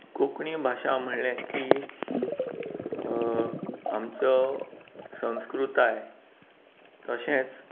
कोंकणी भाशा म्हळें की आमचो संस्कृताय तशेंच